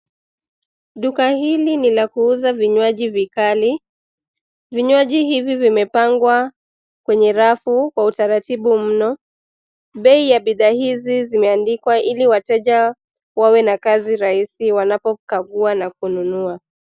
Duka hili ni la kuuza vinywaji vikali, vinywaji hivi vimepangwa kwenye rafu kwa utaratibu mno. Bei ya bidhaa hizi zimeandikwa ili wateja wawe na kazi rahisi wanapokagua na kununua.